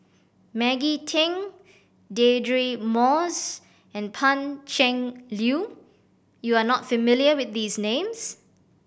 Maggie Teng Deirdre Moss and Pan Cheng Lui you are not familiar with these names